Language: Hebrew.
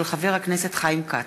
של חבר הכנסת חיים כץ.